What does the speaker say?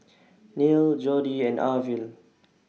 Neil Jodi and Arvil